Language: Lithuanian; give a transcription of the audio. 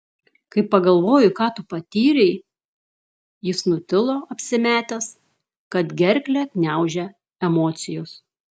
kai pagalvoju ką tu patyrei jis nutilo apsimetęs kad gerklę gniaužia emocijos